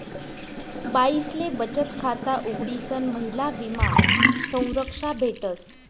बाईसले बचत खाता उघडीसन महिला विमा संरक्षा भेटस